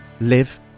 live